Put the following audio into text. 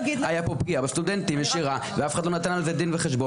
הייתה פה פגיעה ישירה בסטודנטים ואף אחד לא נתן על זה דין וחשבון.